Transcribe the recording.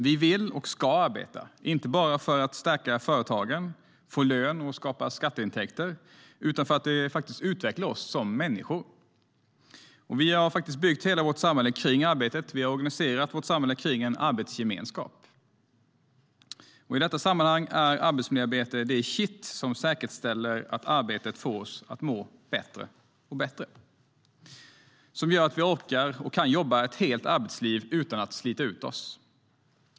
Vi vill och ska arbeta inte bara för att stärka företagen, få lön och skapa skatteintäkter, utan också för att det utvecklar oss som människor. Vi har faktiskt byggt hela vårt samhälle kring arbetet. Vi har organiserat vårt samhälle kring en arbetsgemenskap. I detta sammanhang är arbetsmiljöarbetet det kitt som säkerställer att arbetet får oss att må bättre, som gör att vi orkar och kan jobba ett helt arbetsliv utan att slita ut oss.